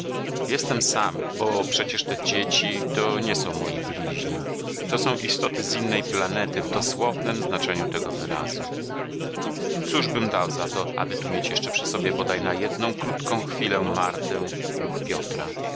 jestem sam bo przecież te dzieci to nie są moi bliźni to są istoty z innej planety w dosłownem znaczeniu tego wyrazu cóżbym dał za to aby tu mieć jeszcze przy sobie bodaj na jedną krótką chwilę martę lub piotra